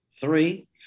three